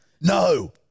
no